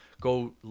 go